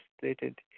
stated